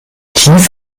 tief